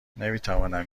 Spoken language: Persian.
نمیتوانم